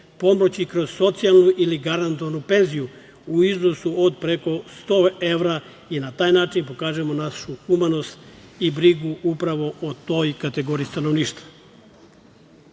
neki vid kroz socijalnu ili garantovanu penziju u iznosu od preko 100 evra i na taj način pokažemo našu humanost i brigu upravo o toj kategoriji stanovništva. Madridski